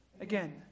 Again